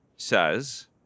says